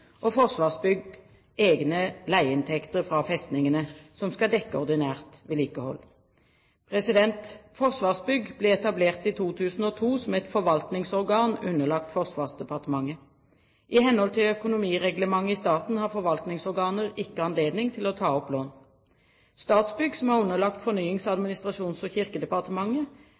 og Forsvarsbyggs egne leieinntekter fra festningene, som skal dekke ordinært vedlikehold. Forsvarsbygg ble etablert i 2002 som et forvaltningsorgan underlagt Forsvarsdepartementet. I henhold til økonomireglementet i staten har forvaltningsorganer ikke anledning til å ta opp lån. Statsbygg, som er underlagt Fornyings-, administrasjons- og kirkedepartementet,